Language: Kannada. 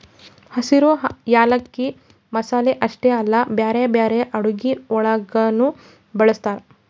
ಹಸಿರು ಯಾಲಕ್ಕಿ ಮಸಾಲೆ ಅಷ್ಟೆ ಅಲ್ಲಾ ಬ್ಯಾರೆ ಬ್ಯಾರೆ ಅಡುಗಿ ಒಳಗನು ಬಳ್ಸತಾರ್